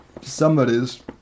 somebody's